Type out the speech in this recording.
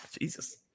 Jesus